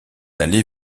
allées